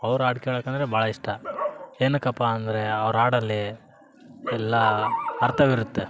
ಅವ್ರ ಹಾಡ್ ಕೇಳೋಕಂದ್ರೆ ಭಾಳ ಇಷ್ಟ ಏನಕ್ಕಪ್ಪಾ ಅಂದರೆ ಅವ್ರ ಹಾಡಲ್ಲಿ ಎಲ್ಲ ಅರ್ಥವಿರುತ್ತೆ